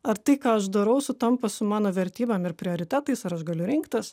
ar tai ką aš darau sutampa su mano vertybėm ir prioritetais ar aš galiu rinktis